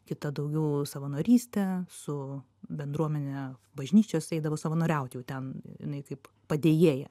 kita daugiau savanorystę su bendruomene bažnyčios eidavo savanoriaut jau ten jinai kaip padėjėja